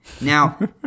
Now